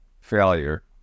failure